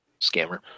Scammer